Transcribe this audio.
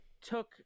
took